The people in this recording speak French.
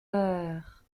heures